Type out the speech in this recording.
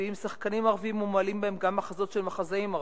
מופיעים שחקנים ערבים ומועלים בהם גם מחזות של מחזאים ערבים.